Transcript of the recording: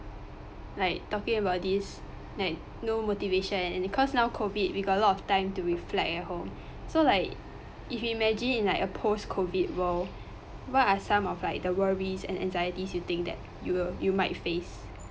like talking about this like no motivation and because now COVID we got a lot of time to reflect at home so like if imagine in like a post-COVID world what are some of like the worries and anxieties you yhink that you will you might face